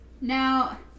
Now